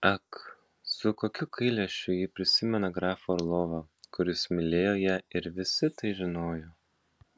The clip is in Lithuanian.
ak su kokiu gailesčiu ji prisimena grafą orlovą kuris mylėjo ją ir visi tai žinojo